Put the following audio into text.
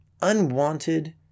unwanted